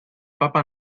papa